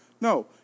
No